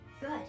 Good